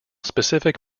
specific